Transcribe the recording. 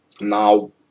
now